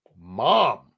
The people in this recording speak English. Mom